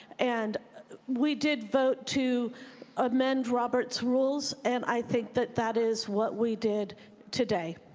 and we did vote to amend roberts rules and i think that that is what we did today.